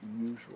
usual